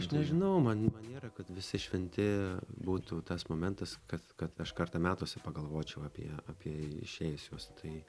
aš nežinau man man nėra kad visi šventi būtų tas momentas kad kad aš kartą metuose pagalvočiau apie apie išėjusiuos tai